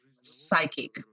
psychic